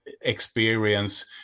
experience